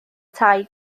tai